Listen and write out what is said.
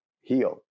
heal